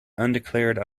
undeclared